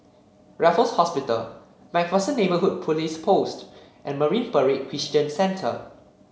Raffles Hospital MacPherson Neighbourhood Police Post and Marine Parade Christian Centre